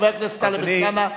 חבר הכנסת טלב אלסאנע,